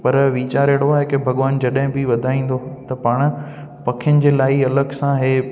पर वीचार अहिड़ो आहे की भॻवान जॾहिं बि वधाईंदो त पाणि पखियुनि जे लाइ अलॻि सां इहे